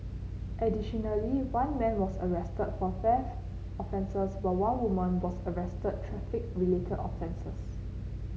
additionally one man was arrested for theft offences while one woman was arrested traffic related offences